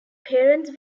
parents